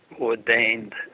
ordained